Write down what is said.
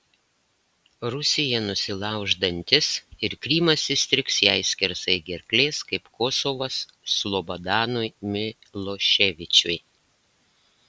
rusija nusilauš dantis ir krymas įstrigs jai skersai gerklės kaip kosovas slobodanui miloševičiui